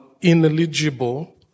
ineligible